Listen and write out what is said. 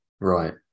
right